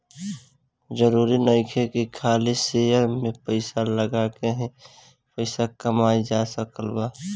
जरुरी नइखे की खाली शेयर में पइसा लगा के ही पइसा कमाइल जा सकत बा